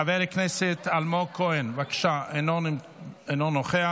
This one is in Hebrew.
חבר הכנסת אלמוג כהן, אינו נוכח,